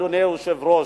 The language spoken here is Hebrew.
אדוני היושב-ראש.